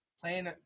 Playing